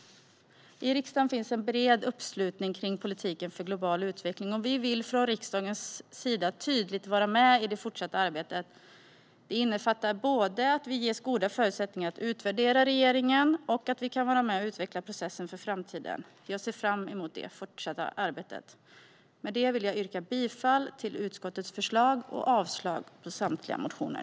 I riksdagen finns det en bred uppslutning kring politiken för global utveckling, och vi vill från riksdagens sida tydligt vara med i det fortsatta arbetet. Det innefattar både att vi ges goda förutsättningar att utvärdera regeringen och att vi kan vara med och utveckla processen för framtiden. Jag ser fram emot det fortsatta arbetet. Med detta vill jag yrka bifall till utskottets förslag och avslag på samtliga motioner.